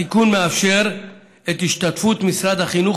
התיקון מאפשר את השתתפות משרד החינוך